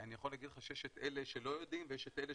אני יכול להגיד לך שיש את אלה שלא יודעים ויש את אלה